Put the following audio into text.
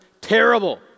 terrible